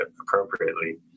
appropriately